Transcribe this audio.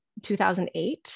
2008